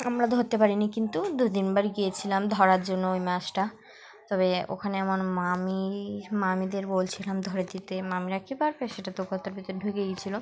আমরা ধরতে পারিনি কিন্তু দু দিনবার গিয়েছিলাম ধরার জন্য ওই মাছটা তবে ওখানে আমার মামি মামিদের বলছিলাম ধরে যেিতে মামিরা কী পারবে সেটা তো কতার ভেতর ঢুকে গিয়েছিলো